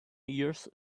years